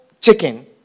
chicken